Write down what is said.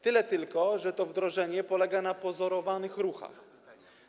Tyle tylko że to wdrożenie polega na pozorowanych ruchach.